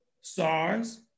SARS